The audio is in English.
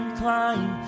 climb